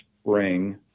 spring